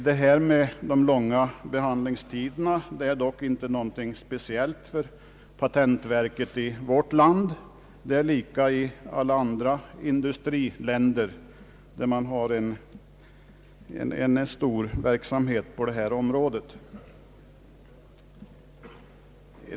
Det förhållandet att det är långa behandlingstider är dock inte någonting speciellt för patentverket i vårt land; förhållandet är detsamma i alla andra industriländer där man har en stor verksamhet på detta område.